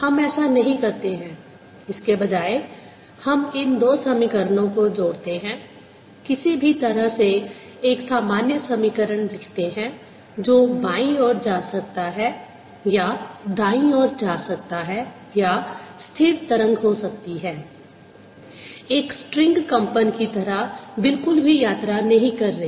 हम ऐसा नहीं करते हैं इसके बजाय हम इन दो समीकरणों को जोड़ते हैं किसी भी तरह से एक सामान्य समीकरण लिखते हैं जो बाईं ओर जा सकता है या दाईं ओर जा सकता है या स्थिर तरंग हो सकती है एक स्ट्रिंग कंपन की तरह बिल्कुल भी यात्रा नहीं कर रही